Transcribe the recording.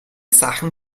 sachen